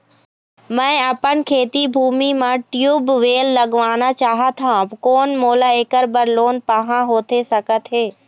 मैं अपन खेती भूमि म ट्यूबवेल लगवाना चाहत हाव, कोन मोला ऐकर बर लोन पाहां होथे सकत हे?